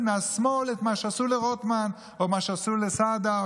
מהשמאל את מה שעשו לרוטמן או מה שעשו לסעדה.